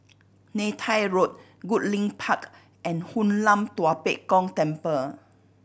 Neythai Road Goodlink Park and Hoon Lam Tua Pek Kong Temple